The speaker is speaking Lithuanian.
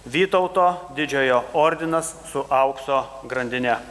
vytauto didžiojo ordinas su aukso grandine